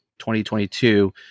2022